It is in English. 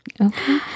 Okay